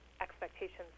expectations